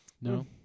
No